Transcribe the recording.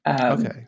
Okay